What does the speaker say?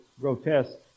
grotesque